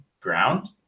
ground